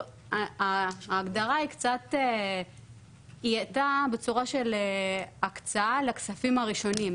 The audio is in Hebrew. ההגדרה היא הייתה בצורה של הקצאה לכספים הראשונים.